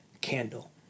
candle